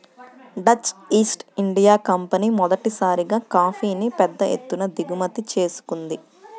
Dutch East India Company మొదటిసారిగా కాఫీని పెద్ద ఎత్తున దిగుమతి చేసుకుంది